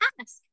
ask